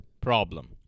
problem